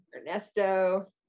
Ernesto